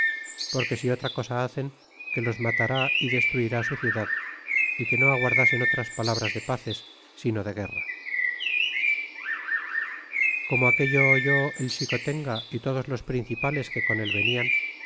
porque si otra cosa hacen que los matará y destruirá su ciudad y que no aguardasen otras palabras de pazes sino de guerra y como aquello oyó el xicotenga y todos los principales que con él venian